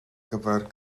gyfer